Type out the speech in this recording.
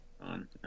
On